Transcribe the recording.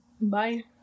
bye